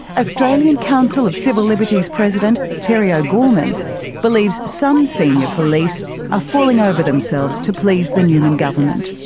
australian council of civil liberties president terry o'gorman believes some senior police are falling over themselves to please the newman government.